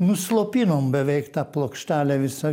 nuslopinom beveik tą plokštelę visą